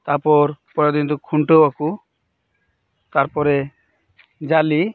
ᱛᱟ ᱯᱚᱨ ᱯᱚᱨᱮᱨ ᱫᱤᱱ ᱫᱚ ᱠᱷᱩᱱᱴᱟᱹᱣ ᱟᱠᱚ ᱛᱟᱨ ᱯᱚᱨᱮ ᱡᱟ ᱞᱤ